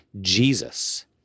Jesus